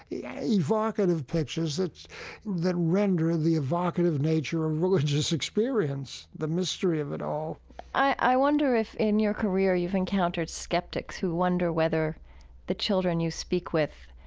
yeah evocative pictures that that render the evocative nature of religious experience, the mystery of it all i wonder if in your career you've encountered skeptics who wonder whether the children you speak with